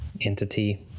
entity